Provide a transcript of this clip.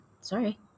sorry